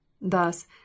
thus